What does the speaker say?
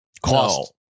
cost